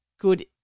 good